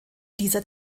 dieser